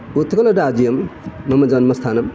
उत्कलराज्यं मम जन्मस्थानं